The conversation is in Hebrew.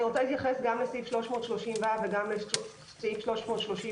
אני רוצה להתייחס גם לסעיף 330ו ובהמשך הדברים גם לסעיף 330כד(ו).